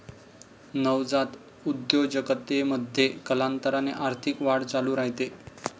नवजात उद्योजकतेमध्ये, कालांतराने आर्थिक वाढ चालू राहते